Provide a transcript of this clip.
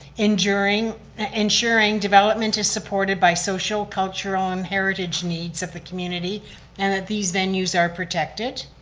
ensuring ah ensuring development is supported by social, cultural and heritage needs of the community and that these venues are protected.